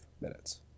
minutes